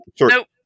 nope